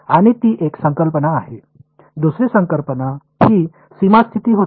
आणि ती एक संकल्पना आहे दुसरी संकल्पना ही सीमा स्थिती होती